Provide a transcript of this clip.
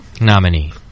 nominee